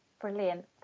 Brilliant